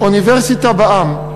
"אוניברסיטה בעם".